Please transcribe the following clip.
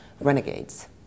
renegades